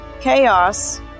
chaos